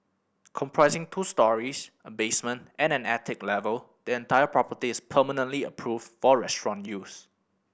comprising two storeys a basement and an attic level the entire property is permanently approved for restaurant use